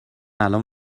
الان